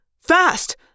Fast